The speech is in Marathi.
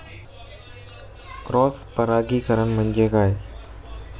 क्रॉस परागीकरण म्हणजे काय?